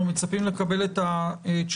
אנחנו מצפים לקבל את התשובות.